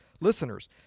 Listeners